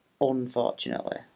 unfortunately